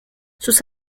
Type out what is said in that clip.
sus